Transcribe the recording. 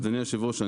אדוני היושב-ראש,